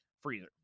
Freezer